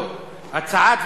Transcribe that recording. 69,